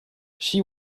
she